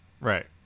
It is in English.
Right